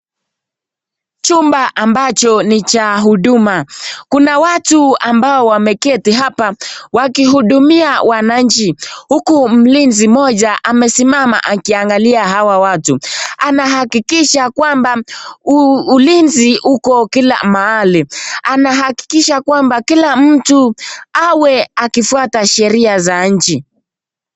Chumba ambacho ni ya huduma kuna watu wameti hapa wakihudumia wananchi huku mlinzi mmoja amesimama akiangalia hawa watu. Anahakikisha kwamba ulinzi uko kila mahali, anahakikisha kua kila mtu awe akifuata sheria za nchi.